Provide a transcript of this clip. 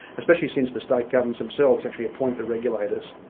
especially since the state governments themselves actually appoint the regulators.